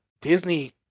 Disney